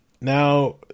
now